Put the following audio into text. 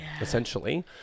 essentially